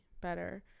better